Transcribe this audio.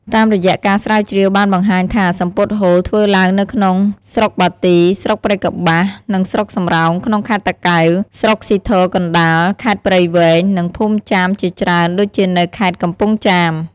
តាមរយៈការស្រាវជ្រាវបានបង្ហាញថាសំពត់ហូលធ្វើឡើងនៅក្នុង ស្រុកបាទី ស្រុកព្រៃកប្បាស និងស្រុកសំរោង ក្នុងខេត្តតាកែវ ស្រុកស៊ីធរកណ្តាល ខេត្តព្រៃវែង និង ភូមិចាមជាច្រើនដូចជានៅខេត្តកំពង់ចាម។